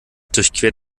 durchquert